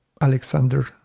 Alexander